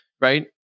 Right